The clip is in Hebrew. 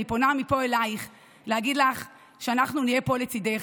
אני פונה מפה אליך להגיד לך שאנחנו נהיה פה לצידך,